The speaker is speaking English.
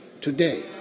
today